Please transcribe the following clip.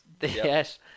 Yes